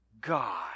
God